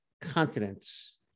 continents